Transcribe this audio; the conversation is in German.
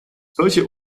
solche